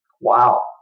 Wow